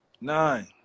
nine